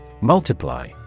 Multiply